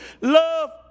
love